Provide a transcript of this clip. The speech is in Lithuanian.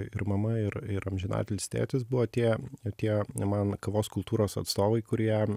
ir mama ir ir amžinatilsį tėtis buvo tie tie man kavos kultūros atstovai kurie